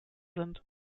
sind